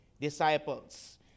disciples